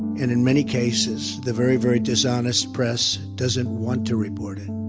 in in many cases, the very, very dishonest press doesn't want to report it